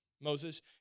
Moses